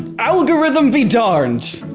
algorithm be darned!